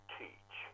teach